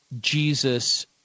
Jesus